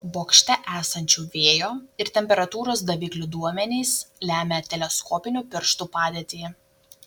bokšte esančių vėjo ir temperatūros daviklių duomenys lemią teleskopinių pirštų padėtį